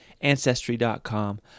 Ancestry.com